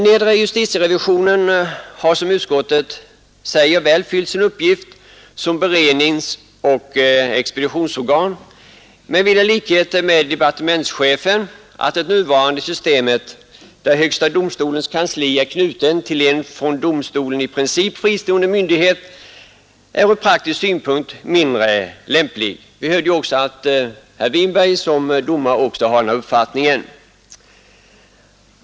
Nedre justitierevisionen har som utskottet säger väl fyllt sin uppgift som beredningsoch expeditionsorgan men vi finner i likhet med departementschefen att det nuvarande systemet, där högsta domstolens kansli är knutet till en från domstolen i princip fristående myndighet, ur praktisk synpunkt är mindre lämpligt. Som vi hört har herr Winberg som domare också den uppfattningen.